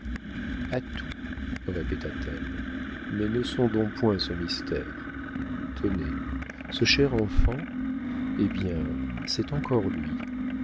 a tout répéta-t-elle mais ne sondons point ce mystère tenez ce cher enfant eh bien c'est encore lui